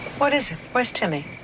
what is it? where's timmy?